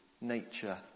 nature